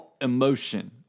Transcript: emotion